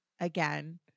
again